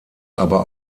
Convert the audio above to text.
aber